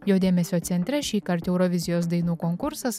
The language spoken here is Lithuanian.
jo dėmesio centre šįkart eurovizijos dainų konkursas